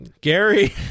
Gary